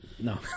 No